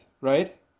right